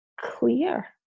clear